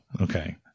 okay